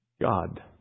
God